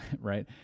right